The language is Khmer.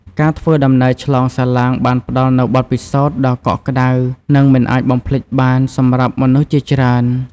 ការធ្វើដំណើរឆ្លងសាឡាងបានផ្តល់នូវបទពិសោធន៍ដ៏កក់ក្តៅនិងមិនអាចបំភ្លេចបានសម្រាប់មនុស្សជាច្រើន។